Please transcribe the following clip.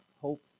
hope